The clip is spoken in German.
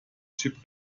chip